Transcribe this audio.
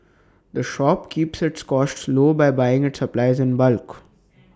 the shop keeps its costs low by buying its supplies in bulk